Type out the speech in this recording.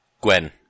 Gwen